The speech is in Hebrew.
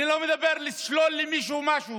אני לא מדבר על לשלול למישהו משהו.